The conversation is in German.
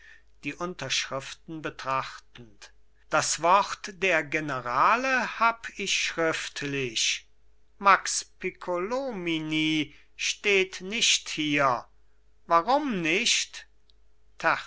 die unterschriften betrachtend das wort der generale hab ich schriftlich max piccolomini steht nicht hier warum nicht